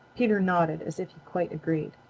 peter nodded as if he quite agreed.